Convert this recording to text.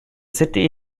city